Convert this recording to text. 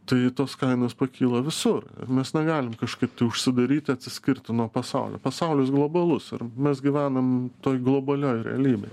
tai tos kainos pakilo visur mes negalim kažkaip tai užsidaryti atsiskirti nuo pasaulio pasaulis globalus ar mes gyvenam toj globalioj realybėj